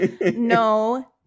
No